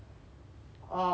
!aww! man